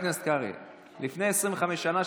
לפני 25 שנה,